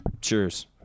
Cheers